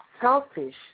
selfish